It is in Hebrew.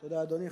תודה, אדוני.